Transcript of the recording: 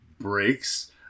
breaks